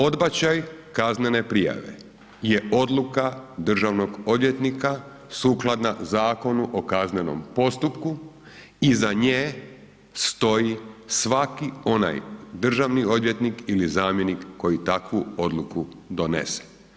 Odbačaj kaznene prijave je odluka državnog odvjetnika sukladna Zakonu o kaznenom postupku, iza nje stoji svaki onaj državni odvjetnik ili zamjenik koji takvu odluku donese.